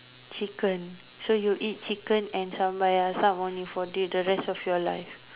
chicken so you eat chicken and sambal air asam only for the the rest of your life